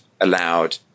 allowed